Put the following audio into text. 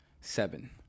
seven